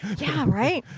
yeah. right.